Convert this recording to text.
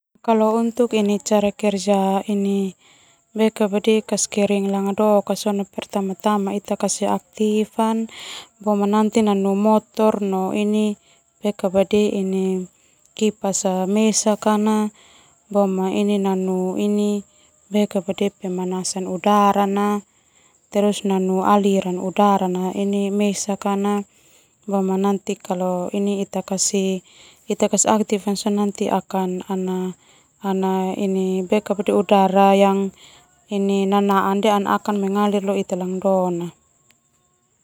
Kalau untuk cara kerja kas kering pertama-tama kasih aktif nanu motor no kipas mesan nanu pemanasan udara nanu terus aliran udara mesan.